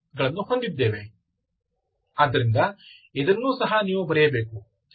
ಆದ್ದರಿಂದ ಇದನ್ನೂ ಸಹ ನೀವು ಬರೆಯಬೇಕು